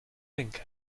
think